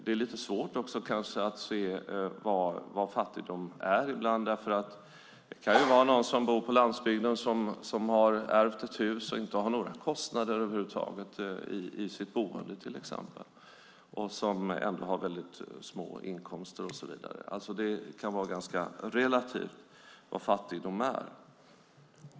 Det är lite svårt att se vad fattigdom är ibland. Det kan handla om någon som bor på landsbygden som har ärvt ett hus och som inte har några kostnader för sitt boende över huvud taget, till exempel, men som ändå har små inkomster. Det kan alltså vara ganska relativt vad fattigdom är.